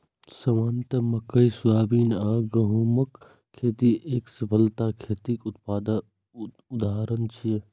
सामान्यतः मकइ, सोयाबीन आ गहूमक खेती एकफसला खेतीक उदाहरण छियै